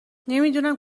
نمیدونم